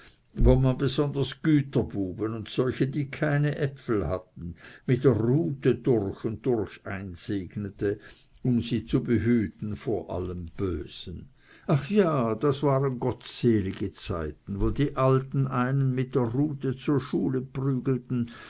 wo man besonders güterbuben und solche die keine äpfel hatten mit der rute durch und durch einsegnete um sie zu behüten vor allem bösen ach ja das waren gottselige zeiten wo die alten einen mit der rute zur schule prügelten